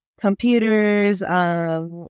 computers